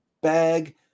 bag